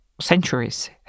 centuries